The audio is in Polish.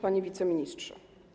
Panie Wiceministrze!